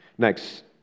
Next